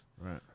Right